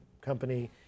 company